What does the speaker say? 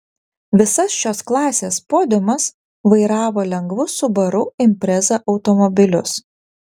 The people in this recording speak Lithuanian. visas šios klasės podiumas vairavo lengvus subaru impreza automobilius